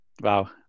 Wow